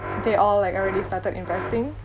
they all like already started investing